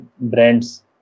brands